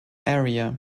area